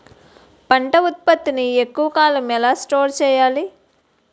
పంట ఉత్పత్తి ని ఎక్కువ కాలం ఎలా స్టోర్ చేయాలి?